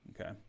Okay